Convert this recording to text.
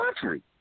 country